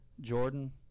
Jordan